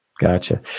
Gotcha